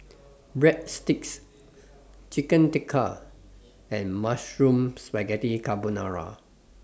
Breadsticks Chicken Tikka and Mushroom Spaghetti Carbonara